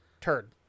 turn